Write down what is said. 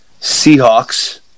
Seahawks